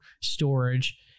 storage